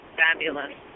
fabulous